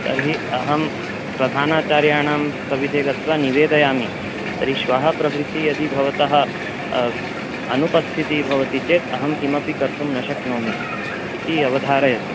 तर्हि अहं प्रधानाचार्याणां सविधे गत्वा निवेदयामि तर्हि श्वः प्रभृति यदि भवतः अनुपस्थितिः भवति चेत् अहं किमपि कर्तुं न शक्नोमि इति अवधारयतु